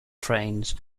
trains